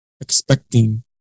expecting